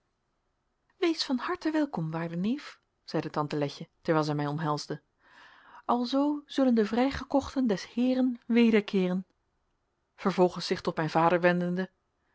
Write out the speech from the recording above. wees van harte welkom waarde neef zeide tante letje terwijl zij mij omhelsde alzoo sullen de vrijgekochten des heeren wederkeeren vervolgens zich tot mijn vader wendende